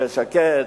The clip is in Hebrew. יהיה שקט,